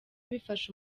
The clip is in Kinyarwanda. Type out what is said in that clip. bifasha